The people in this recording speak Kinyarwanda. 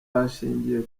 bashingiye